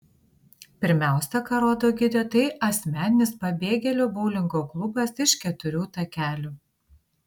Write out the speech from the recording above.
pirmiausia ką rodo gidė tai asmeninis pabėgėlio boulingo klubas iš keturių takelių